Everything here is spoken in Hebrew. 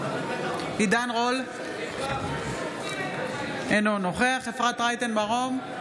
עידן רול, אינו נוכח אפרת רייטן מרום,